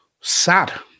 sad